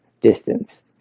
distance